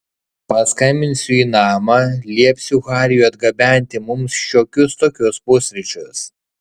paskambinsiu į namą liepsiu hariui atgabenti mums šiokius tokius pusryčius